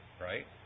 right